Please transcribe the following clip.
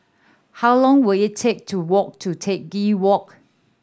how long will it take to walk to Teck Walk